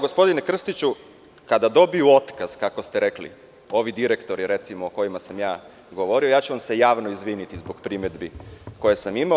Gospodine Krstiću, kada dobiju otkaz, kako ste rekli, ovi direktori, recimo, o kojima sam ja govorio, ja ću vam se javno izviniti zbog primedbi koje sam imao.